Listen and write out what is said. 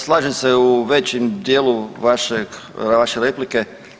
Slažem se u većem dijelu vaše replike.